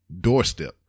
doorstep